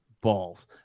balls